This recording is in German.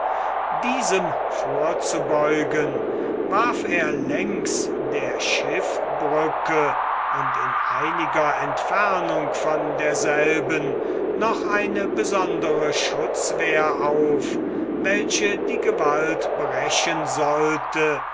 diesem vorzubeugen warf er längs der schiffbrücke und in einiger entfernung von derselben noch eine besondere schutzwehr auf welche die gewalt brechen sollte